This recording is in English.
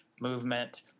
movement